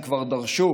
הם כבר דרשו